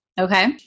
okay